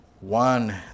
One